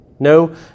No